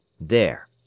There